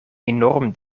enorm